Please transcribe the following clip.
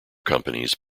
companies